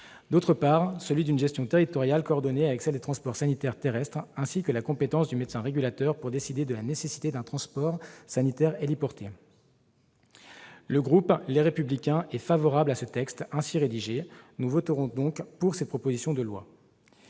d'autre part, une gestion territoriale coordonnée avec celle des transports sanitaires terrestres, ainsi que la compétence du médecin régulateur pour décider de la nécessité d'un transport sanitaire héliporté. Le groupe Les Républicains est favorable au texte ainsi rédigé. Ses membres voteront donc en faveur de cette proposition de loi.